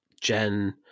Jen